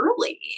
early